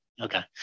Okay